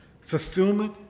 fulfillment